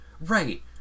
Right